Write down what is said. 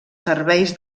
serveis